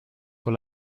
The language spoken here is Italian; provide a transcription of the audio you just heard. con